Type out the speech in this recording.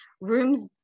rooms